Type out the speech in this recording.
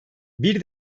bir